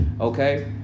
okay